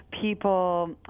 people